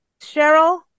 Cheryl